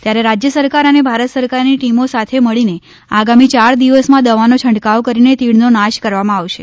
ત્યારે રાજ્ય સરકાર અને ભારત સરકારની ટીમો સાથે મળીને આગામી ચાર દિવસમાં દવાનો છટકાવ કરીને તીડનો નાશ કરવામાં આવશે